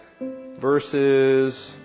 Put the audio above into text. verses